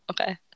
Okay